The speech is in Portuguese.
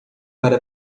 para